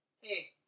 hey